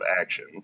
action